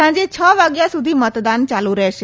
સાંજે છ વાગ્યા સુધી મતદાન ચાલુ રહેશે